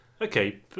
Okay